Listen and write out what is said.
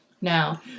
Now